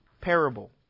parable